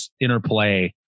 interplay